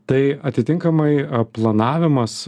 tai atitinkamai planavimas